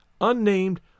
unnamed